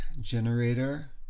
generator